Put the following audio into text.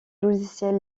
logiciel